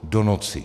Do noci.